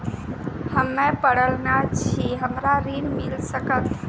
हम्मे पढ़ल न छी हमरा ऋण मिल सकत?